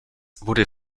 wurde